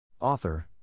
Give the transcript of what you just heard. Author